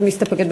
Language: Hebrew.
מסתפקת.